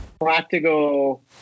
practical